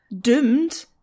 doomed